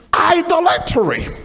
idolatry